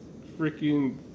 freaking